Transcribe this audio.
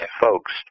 folks